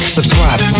Subscribe